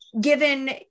Given